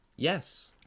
Yes